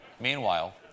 Meanwhile